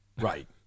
Right